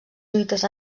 lluites